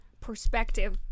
perspective